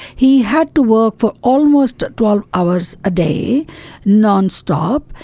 he had to work for almost twelve hours a day non-stop.